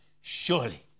surely